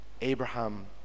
Abraham